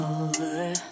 over